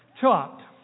Chopped